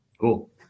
Cool